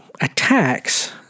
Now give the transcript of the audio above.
attacks